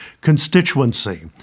constituency